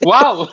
Wow